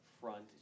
front